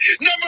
number